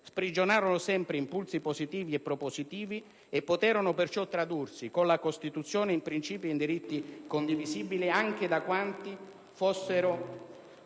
Sprigionarono sempre impulsi positivi e propositivi e poterono perciò tradursi, con la Costituzione, in princìpi e in diritti condivisibili anche da quanti fossero